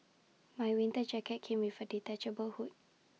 my winter jacket came with A detachable hood